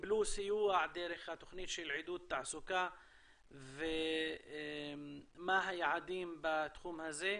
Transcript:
קיבלו סיוע דרך התוכנית של עידוד תעסוקה ומה היעדים בתחום הזה.